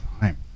time